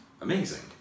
amazing